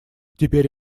теперь